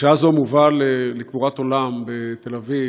בשעה זו מובא לקבורת עולם בתל-אביב